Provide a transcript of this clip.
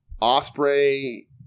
Osprey